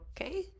okay